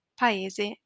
paese